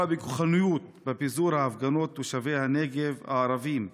כוחניות בפיזור הפגנות תושבי הנגב הערבים,